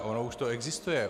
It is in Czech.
Ono už to existuje.